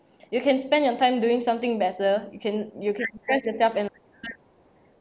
you can spend your time doing something better you can you can press yourself and learn